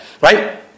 right